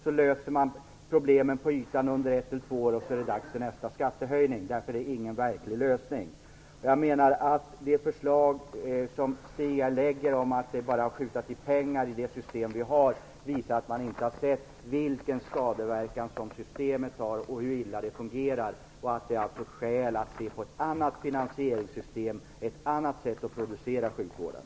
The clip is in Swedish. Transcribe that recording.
Då löser man problemen på ytan under ett eller två år innan det är dags för nästa skattehöjning. Därför är detta ingen verklig lösning. Det förslag som Stig Sandström för fram om att det bara är att skjuta till pengar i det system som vi har visar att han inte har sett vilken skadeverkan som systemet har och hur illa det fungerar. Det finns skäl att se på ett annat finansieringssystem och ett annat sätt att producera sjukvården.